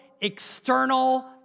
external